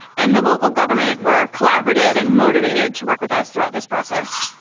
and the local government were collaborative and motivated to work with us throughout this process.